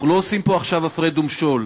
אנחנו לא עושים פה עכשיו הפרד ומשול,